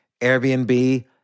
Airbnb